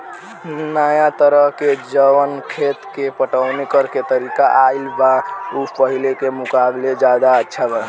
नाया तरह के जवन खेत के पटवनी करेके तरीका आईल बा उ पाहिले के मुकाबले ज्यादा अच्छा बा